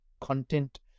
content